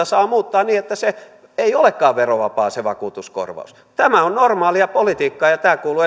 saa muuttaa niin että ei olekaan verovapaa se vakuutuskorvaus tämä on normaalia politiikkaa ja ja tämä kuuluu